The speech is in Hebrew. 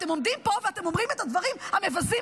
ואתם עומדים פה ואומרים את הדברים המבזים,